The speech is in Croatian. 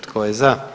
Tko je za?